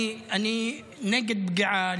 אני נגד פגיעה,